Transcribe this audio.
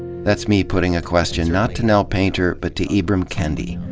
that's me putting a question not to nell pa inter but to ibram kendi,